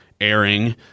airing